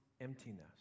emptiness